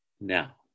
now